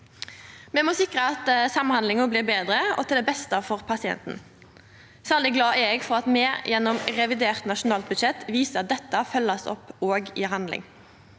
Me må sikra at samhandlinga blir betre og til beste for pasienten. Særleg glad er eg for at me gjennom revidert nasjonalbudsjett viser at dette òg blir følgt opp i handling.